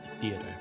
Theater